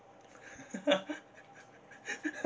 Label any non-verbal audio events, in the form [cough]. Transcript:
[laughs]